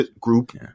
group